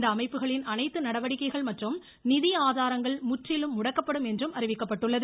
இந்த அமைப்புகளின் அனைத்து நடவடிக்கைகள் மற்றும் நிதி ஆதாரங்கள் முற்றிலும் முடக்கப்படும் என்றும் அறிவிக்கப்பட்டுள்ளது